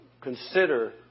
consider